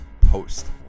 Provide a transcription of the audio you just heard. post